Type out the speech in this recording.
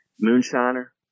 Moonshiner